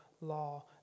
law